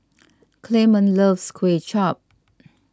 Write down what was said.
Clemon loves Kuay Chap